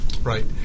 right